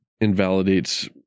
invalidates